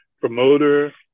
promoter